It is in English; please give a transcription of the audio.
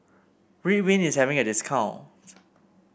Ridwind is having a discount